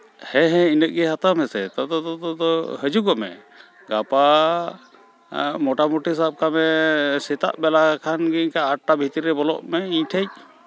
ᱦᱮᱸ ᱦᱮᱸ ᱤᱱᱟᱹᱜ ᱜᱮ ᱦᱟᱛᱟᱣ ᱢᱮᱥᱮ ᱛᱚᱵᱮ ᱟᱫᱚ ᱫᱚ ᱦᱤᱡᱩᱜᱚᱜ ᱢᱮ ᱜᱟᱯᱟ ᱢᱚᱴᱟᱢᱩᱴᱤ ᱥᱟᱵ ᱠᱟᱜ ᱢᱮ ᱥᱮᱛᱟᱜ ᱵᱮᱞᱟ ᱠᱷᱟᱱ ᱜᱮ ᱤᱱᱠᱟᱹ ᱟᱴᱼᱴᱟ ᱵᱷᱤᱛᱨᱤ ᱨᱮ ᱵᱚᱞᱚᱜ ᱢᱮ ᱤᱧ ᱴᱷᱮᱱ